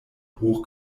hoch